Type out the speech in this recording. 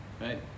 Right